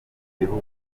bihugu